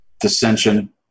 dissension